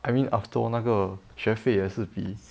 I mean after all 那个学费也是比